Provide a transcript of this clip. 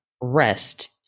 rest